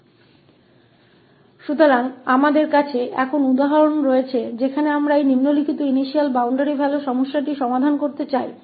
तो अब हमारे पास उदाहरण है जहां हम इसे निम्नलिखित प्रारंभिक सीमा मूल्य समस्या को हल करना चाहते हैं